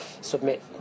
submit